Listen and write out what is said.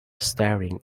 staring